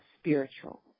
spiritual